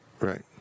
Right